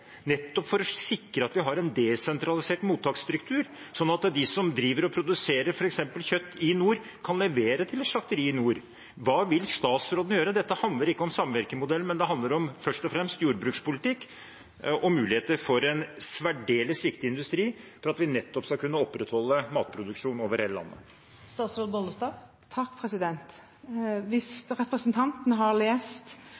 nettopp for å sikre at vi har en desentralisert mottaksstruktur, sånn at de som driver og produserer f.eks. kjøtt i nord, kan levere til et slakteri i nord? Hva vil statsråden gjøre? Dette handler ikke om samvirkemodellen, men det handler først og fremst om jordbrukspolitikk og mulighetene for en særdeles viktig industri for at vi skal kunne opprettholde matproduksjon over hele landet.